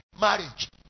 marriage